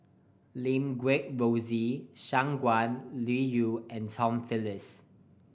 Lim Guat Rosie Shangguan Liuyun and Tom Phillips